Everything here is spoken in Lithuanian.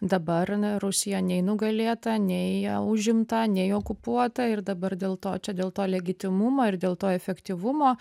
dabar rusija nei nugalėta nei užimta nei okupuota ir dabar dėl to čia dėl to legitimumo ir dėl to efektyvumo